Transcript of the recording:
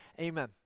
Amen